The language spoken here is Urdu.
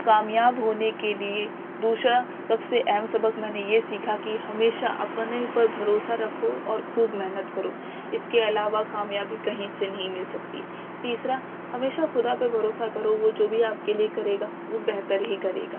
کامیاب ہونے کے لیے دوسرا سب سے اہم سبق میں نے یہ سیکھا کہ ہمیشہ اپنے اوپر بھروسہ رکھو اور خوب محنت کرو اس کے علاوہ کامیابی کہیں سے نہیں مل سکتی تیسرا ہمیشہ خدا پہ بھروسہ کرو وہ جو بھی آپ کے لیے کرے وہ بہتر ہی کرے گا